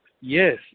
Yes